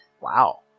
Wow